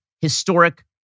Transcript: historic